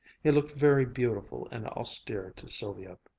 he looked very beautiful and austere to sylvia.